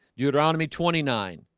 deuteronomy twenty nine